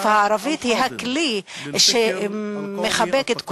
השפה הערבית היא הכלי שמחבק את כולנו,